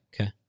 Okay